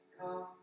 come